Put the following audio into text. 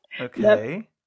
Okay